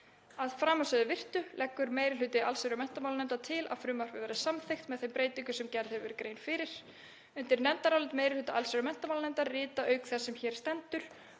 Að framansögðu virtu leggur meiri hluti allsherjar- og menntamálanefndar til að frumvarpið verði samþykkt með þeim breytingum sem gerð hefur verið grein fyrir. Undir nefndarálit meiri hluta allsherjar- og menntamálanefndar rita, auk þeirrar sem hér stendur,